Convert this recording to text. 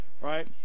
right